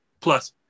plus